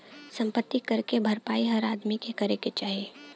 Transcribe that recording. सम्पति कर के भरपाई हर आदमी के करे क चाही